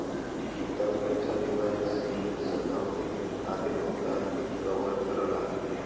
भुगतान सुरक्षा बीमा एक सीमित अवधि खातिर भुगतान के कवर करला